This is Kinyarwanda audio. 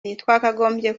twakagombye